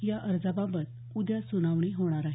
या अर्जाबाबत उद्या सुनावणी होणार आहे